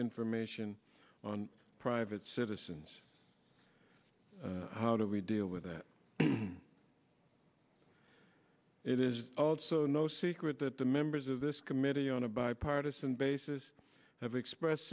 information on private citizens how do we deal with that it is also no secret that the members of this committee on a bipartisan basis have expressed